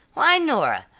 why, nora,